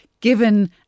given